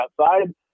outside